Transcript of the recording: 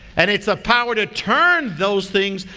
and it's a power to turn those things,